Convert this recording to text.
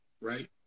right